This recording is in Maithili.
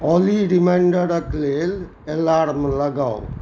ऑली रिमाइंडरक लेल अलार्म लगाउ